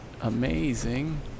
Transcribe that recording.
amazing